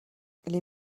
les